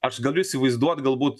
aš galiu įsivaizduot galbūt